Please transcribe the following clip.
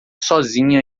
sozinha